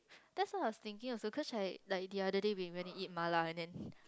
that's what I was thinking also cause the other day we went to eat mala and then